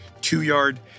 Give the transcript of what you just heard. two-yard